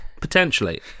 potentially